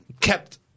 kept